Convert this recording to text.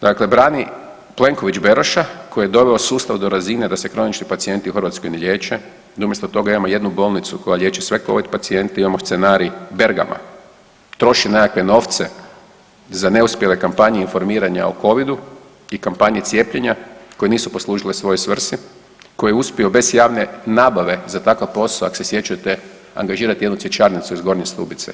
Dakle, brani Plenković Beroša koji je doveo sustav do razine da se kronični pacijenti u Hrvatskoj ne liječe, da umjesto toga imamo jednu bolnicu koja liječi sve Covid pacijente, imamo scenarij Bergama, troši nekakve novce za neuspjele kampanje informiranja o Covidu i kampanji cijepljenja koje nisu poslužile svojoj svrsi, koji je uspio bez javne nabave za takav posao ako se sjećate angažirati jednu cvjećarnicu iz Gornje Stubice.